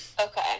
Okay